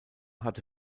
hatte